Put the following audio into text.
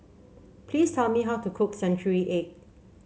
please tell me how to cook Century Egg